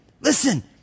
listen